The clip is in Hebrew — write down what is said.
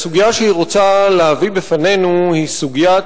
הסוגיה שהיא רוצה להביא בפנינו היא סוגיית